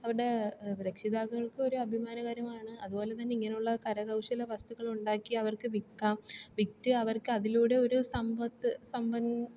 അവരുടെ രക്ഷിതാക്കൾക്കും ഒരഭിമാനകരമാണ് അതുപോലെതന്നെ ഇങ്ങനുള്ള കരകൗശല വസ്തുക്കളുണ്ടാക്കി അവർക്ക് വിൽക്കാം വിറ്റ് അവർക്ക് അതിലൂടെ ഒര് സമ്പത്ത് സമ്പ